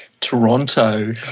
Toronto